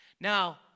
Now